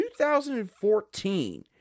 2014